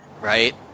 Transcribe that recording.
Right